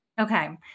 Okay